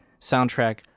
soundtrack